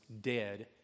dead